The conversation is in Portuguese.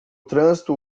trânsito